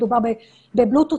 מדובר בבלוטוס.